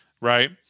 right